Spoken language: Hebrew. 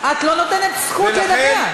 את לא נותנת זכות לדבר.